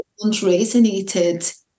resonated